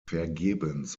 vergebens